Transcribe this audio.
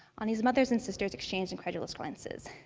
anie's mother and sisters exchanged incredulous glances.